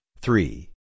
three